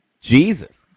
Jesus